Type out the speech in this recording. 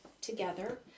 together